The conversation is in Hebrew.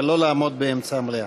אבל לא לעמוד באמצע המליאה.